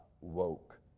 woke